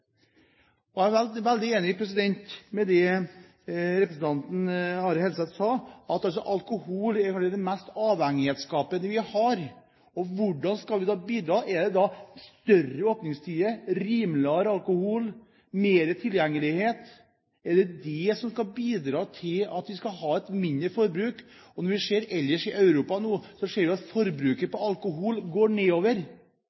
osv. Jeg er veldig enig i det representanten Are Helseth sa, at alkohol er noe av det mest avhengighetsskapende vi har. Hvordan skal vi da bidra? Er det lengre åpningstider, rimeligere alkohol, større tilgjengelighet som skal bidra til at vi skal få et mindre forbruk? Ellers i Europa ser vi nå at forbruket